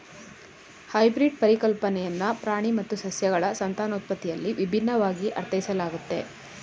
hybrid ಪರಿಕಲ್ಪನೆಯನ್ನ ಪ್ರಾಣಿ ಮತ್ತು ಸಸ್ಯಗಳ ಸಂತಾನೋತ್ಪತ್ತಿಯಲ್ಲಿ ವಿಭಿನ್ನವಾಗಿ ಅರ್ಥೈಸಲಾಗುತ್ತೆ